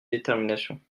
détermination